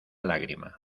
lágrima